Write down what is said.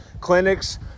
clinics